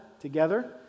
together